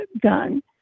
gun